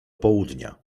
południa